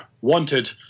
wanted